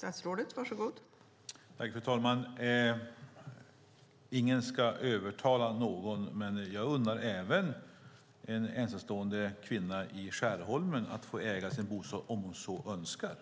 Fru talman! Ingen ska övertala någon, men jag unnar även en ensamstående kvinna i Skärholmen att få äga sin bostad om hon så önskar.